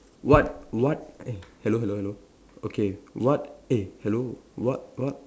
what what eh hello hello hello okay what eh hello what what